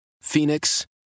Phoenix